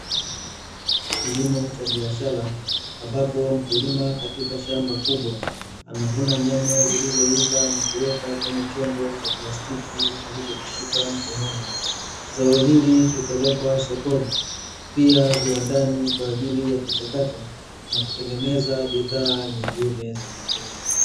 Kilimo cha biashara, ambapo mkulima katika shamba kubwa anavuna nyanya zilizoiva na kuweka kwenye chombo cha plastiki alichokishika mkononi . Zao hili hupelekwa sokoni, pia viwandani kwa ajili ya kuchakatwa na kutengeneza bidhaa nyingine za chakula.